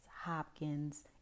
Hopkins